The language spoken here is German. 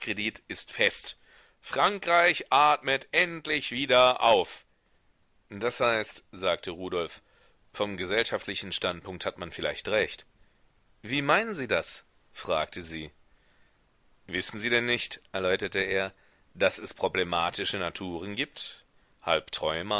ist fest frankreich atmet endlich wieder auf das heißt sagte rudolf vom gesellschaftlichen standpunkt hat man vielleicht recht wie meinen sie das fragte sie wissen sie denn nicht erläuterte er daß es problematische naturen gibt halb träumer